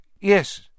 Yes